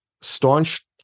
staunch